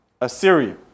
Assyria